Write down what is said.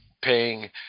paying